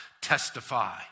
testify